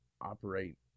operate